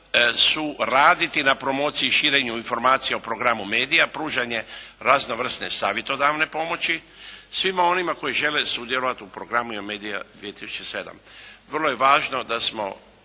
su raditi na promociji i širenju informacija o Programu Media, pružanje raznovrsne savjetodavne pomoći svima onima koji žele sudjelovati u Programu Media 2007. Vrlo je važno da smo